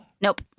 Nope